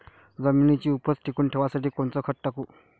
जमिनीची उपज टिकून ठेवासाठी कोनचं खत टाकू?